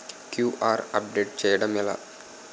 QR update చేయడం ఎలా?